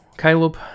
Caleb